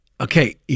Okay